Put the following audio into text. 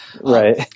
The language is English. Right